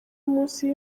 munsi